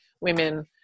women